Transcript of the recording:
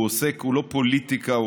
הוא לא פוליטיקה,